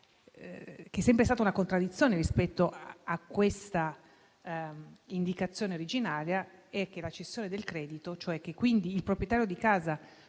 che è sempre stato in contraddizione rispetto a questa indicazione originaria è che la cessione del credito, cioè il fatto che il proprietario di casa,